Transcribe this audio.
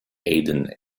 aden